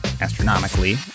astronomically